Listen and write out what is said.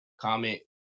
comment